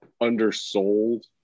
undersold